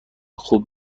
خوب